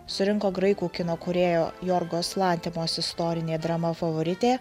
surinko graikų kino kūrėjo jorgos lantemos istorinė drama favoritė